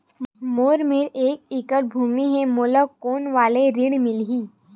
मोर मेर एक एकड़ भुमि हे मोला कोन वाला ऋण मिलही?